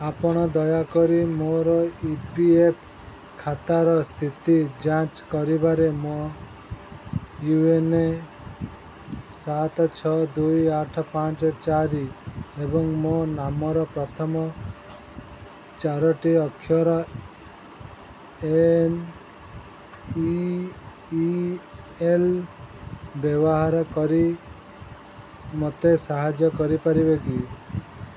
ଆପଣ ଦୟାକରି ମୋ ଇ ପି ଏଫ୍ ଖାତାର ସ୍ଥିତି ଯାଞ୍ଚ କରିବାରେ ମୋ ୟୁ ଏ ଏନ୍ ସାତ ଛଅ ଦୁଇ ଆଠ ପାଞ୍ଚ ଚାରି ଏବଂ ମୋ ନାମର ପ୍ରଥମ ଚାରୋଟି ଅକ୍ଷର ଏନ୍ ଇ ଇ ଏଲ୍ ବ୍ୟବହାର କରି ମୋତେ ସାହାଯ୍ୟ କରିପାରିବେ କି